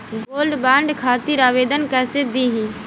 Gold bond खातिर आवेदन कैसे दिही?